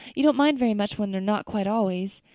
you don't mind very much when they're not quite always.